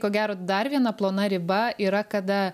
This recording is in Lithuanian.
ko gero dar viena plona riba yra kada